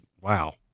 wow